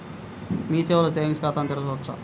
మీ సేవలో సేవింగ్స్ ఖాతాను తెరవవచ్చా?